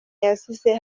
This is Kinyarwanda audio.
yazize